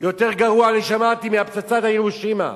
יותר גרוע, אני שמעתי, מהפצצה בהירושימה.